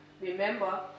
remember